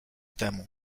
temu